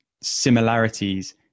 similarities